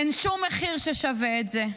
אין שום מחיר ששווה את זה.